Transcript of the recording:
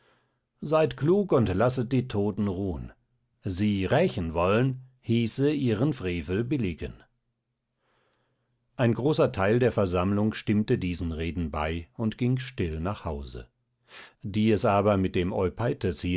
seid klug und lasset die toten ruhen sie rächen wollen hieße ihren frevel billigen ein großer teil der versammlung stimmte diesen reden bei und ging still nach hause die es aber mit dem